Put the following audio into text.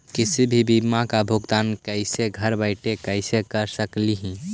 किसी भी बीमा का भुगतान कैसे घर बैठे कैसे कर स्कली ही?